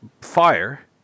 Fire